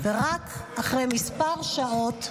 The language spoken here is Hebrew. ורק אחרי כמה שעות,